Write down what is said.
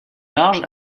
large